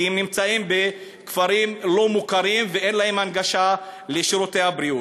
כי הם נמצאים בכפרים לא מוכרים ואין להם הנגשה של שירותי הבריאות.